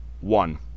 One